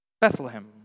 Bethlehem